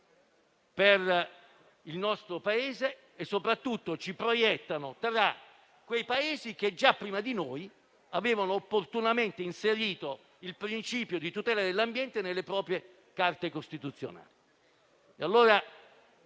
per il nostro Paese e soprattutto ci proietta tra quei Paesi che già prima del nostro hanno opportunamente inserito il principio di tutela dell'ambiente nelle proprie Carte costituzionali.